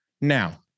Now